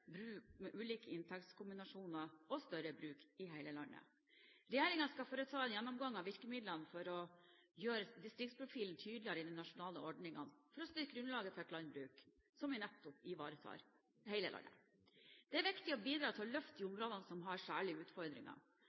bruk med ulike inntektskombinasjoner og større bruk i hele landet. Regjeringen skal foreta en gjennomgang av virkemidlene for å gjøre distriktsprofilen tydeligere i de nasjonale ordningene, og for å styrke grunnlaget for et landbruk i hele landet. Det er viktig å bidra til å løfte de områdene som har særlige utfordringer.